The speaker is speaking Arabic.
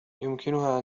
يمكنها